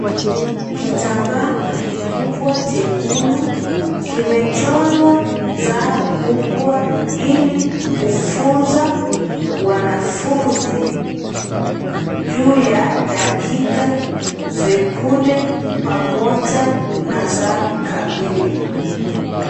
Kitambaa kikubwa chekundu, kimechorwa saa kubwa ili kufunza wanafunzi juu ya dakika, sekunde pamoja na saa kamili